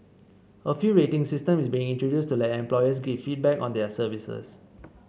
a few rating system is being introduced to let employers give feedback on their services